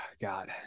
God